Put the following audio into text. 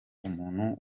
umuntu